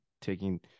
taking